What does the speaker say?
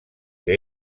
que